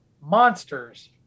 Monsters